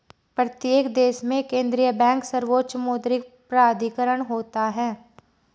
प्रत्येक देश में केंद्रीय बैंक सर्वोच्च मौद्रिक प्राधिकरण होता है